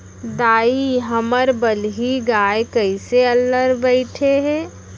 दाई, हमर बलही गाय कइसे अल्लर बइठे हे